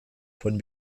von